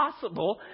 possible